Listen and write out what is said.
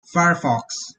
firefox